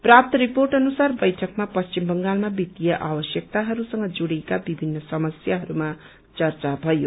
प्राप्त रिपोर्ट अनुसार बैठकमा पश्चिम बंगालमा वित्तीय आवश्यकाहरूसँग जुड्डेका विभिन्न समस्याहरूमा चर्चा भयो